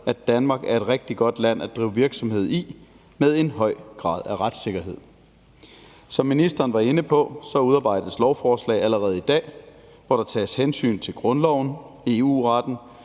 at Danmark er et rigtig godt land at drive virksomhed i med en høj grad af retssikkerhed. Som ministeren var inde på, udarbejdes lovforslag allerede i dag, så der tages hensyn til grundloven, EU-retten,